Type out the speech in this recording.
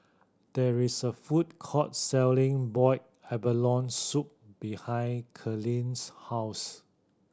there is a food court selling boiled abalone soup behind Kalene's house